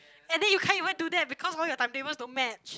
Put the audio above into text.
and then you can't even do that because all your timetables don't match